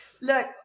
look